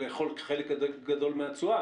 לאכול חלק כזה גדול מהתשואה,